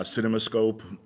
ah cinemascope.